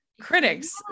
critics